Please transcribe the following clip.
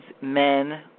men